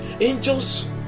Angels